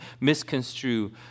misconstrue